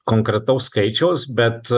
konkretaus skaičiaus bet